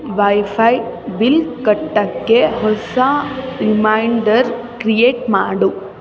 wifi bill ಕಟ್ಟೋಕ್ಕೆ ಹೊಸ reminder create ಮಾಡು